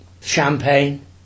champagne